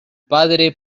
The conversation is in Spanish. padre